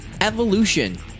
evolution